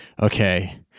okay